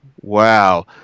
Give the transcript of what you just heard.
wow